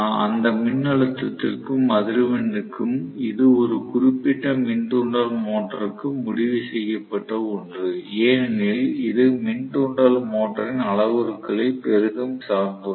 அந்த மின்னழுத்தத்திற்கும் அதிர்வெண்ணிற்கும் இது ஒரு குறிப்பிட்ட மின் தூண்டல் மோட்டருக்கு முடிவு செய்யப்பட ஒன்று ஏனெனில் இது மின் தூண்டல் மோட்டரின் அளவுருக்களைப் பெரிதும் சார்ந்துள்ளது